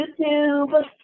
YouTube